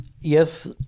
Yes